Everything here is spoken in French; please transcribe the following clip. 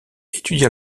étudia